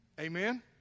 Amen